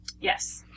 Yes